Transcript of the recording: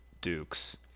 Dukes